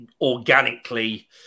organically